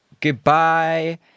Goodbye